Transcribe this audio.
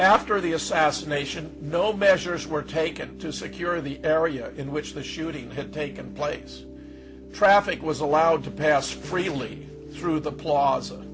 after the assassination no measures were taken to secure the area in which the shooting had taken place traffic was allowed to pass freely through the plaza